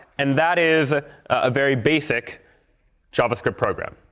and that is a ah very basic javascript program.